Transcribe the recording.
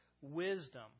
wisdom